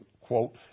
quote